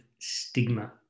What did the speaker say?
stigma